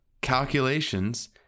calculations